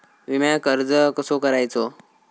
विम्याक अर्ज कसो करायचो?